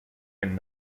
and